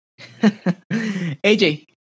AJ